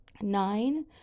Nine